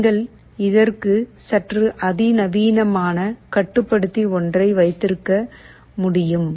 நீங்கள் இதற்கு சற்று அதிநவீனமான கட்டுப்படுத்தி ஒன்றை வைத்திருக்க முடியும்